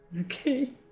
Okay